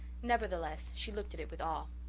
nevertheless, she looked at it with awe.